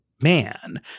man